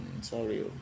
Sorry